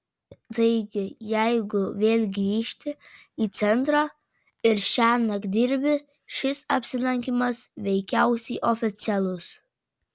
taigi jeigu vėl grįžti į centrą ir šiąnakt dirbi šis apsilankymas veikiausiai oficialus